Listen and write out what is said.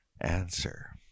Answer